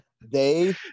they-